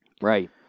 Right